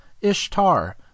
Ishtar